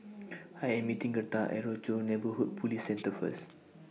I Am meeting Gertha At Rochor Neighborhood Police Centre First